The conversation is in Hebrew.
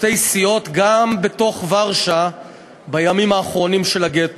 שבה הרוב מכריע גם כאשר המיעוט לפעמים נוהג